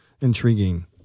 intriguing